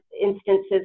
instances